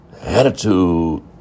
Attitude